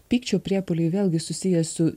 pykčio priepuoliai vėlgi susiję su